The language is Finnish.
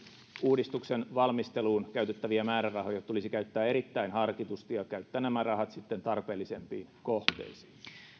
uudistuksen valmisteluun käytettäviä määrärahoja tulisi käyttää erittäin harkitusti ja käyttää rahat sitten tarpeellisempiin kohteisiin